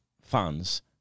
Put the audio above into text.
fans